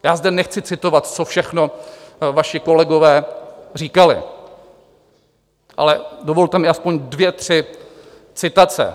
Já zde nechci citovat, co všechno vaši kolegové říkali, ale dovolte mi aspoň dvě tři citace.